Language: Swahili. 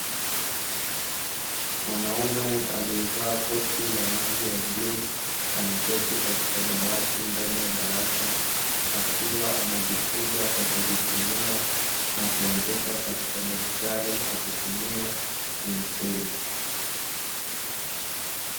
Mwanaume aliyevaa koti la rangi ya bluu ameketi katika dawati ndani ya darasa akiwa anajifunza kwa kujisomea, na kuandika katika daftari akitumia penseli.